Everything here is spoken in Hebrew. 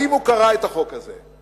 אם הם קראו את החוק הזה.